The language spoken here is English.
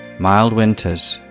mild winters.